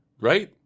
right